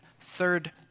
third